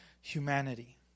humanity